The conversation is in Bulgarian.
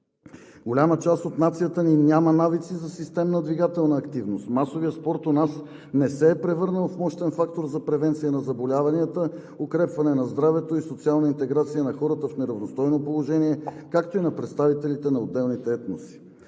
Голяма част от нацията ни няма навици за системна двигателна активност. Масовият спорт у нас не се е превърнал в мощен фактор за превенция на заболяванията, укрепване на здравето и социална интеграция на хората в неравностойно положение, както и на представителите на отделните етноси.